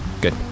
Good